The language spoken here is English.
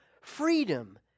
freedom